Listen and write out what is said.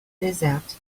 desert